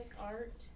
art